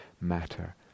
matter